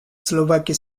slovak